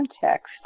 context